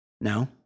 No